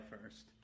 first